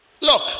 Look